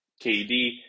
KD